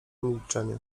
milczenie